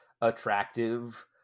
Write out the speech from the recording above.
attractive